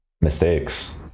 mistakes